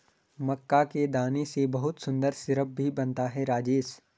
मक्का के दाने से बहुत सुंदर सिरप भी बनता है राजेश